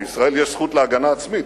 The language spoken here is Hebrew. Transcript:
לישראל יש זכות להגנה עצמית,